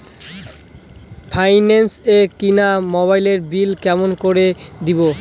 Finance এ কিনা মোবাইলের বিল কেমন করে দিবো?